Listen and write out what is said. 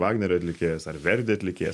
vagnerio atlikėjas ar verdi atlikėjas